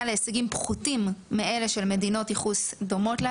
להישגים פחותים מאלה של מדינות ייחוס דומות לה.